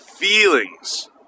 feelings